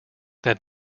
that